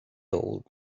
old